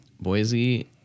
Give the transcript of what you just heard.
Boise